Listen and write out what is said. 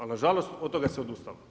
Ali na žalost, od toga se odustalo.